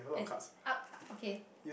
as in up okay